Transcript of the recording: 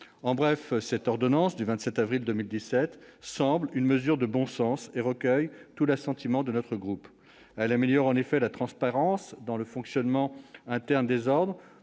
En bref, cette ordonnance du 27 avril 2017 semble une mesure de bon sens et recueille tout l'assentiment de mon groupe. Elle améliore en effet la transparence dans le fonctionnement interne des ordres.